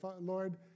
Lord